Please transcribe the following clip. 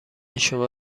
شما